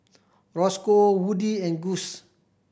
Rosco Woodie and Gust